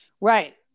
Right